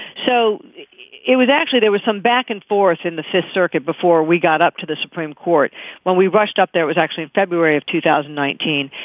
so it was actually there was some back and forth in the fifth circuit before we got up to the supreme court when we rushed up there it was actually february of two thousand and nineteen.